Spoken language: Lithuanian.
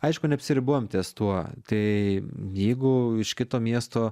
aišku neapsiribojom ties tuo tai jeigu iš kito miesto